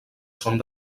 són